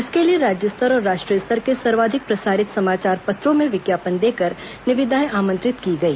इसके लिए राज्य स्तर और राष्ट्रीय स्तर के सर्वाधिक प्रसारित समाचार पत्रों में विज्ञापन देकर निविदाएं आमंत्रित की गई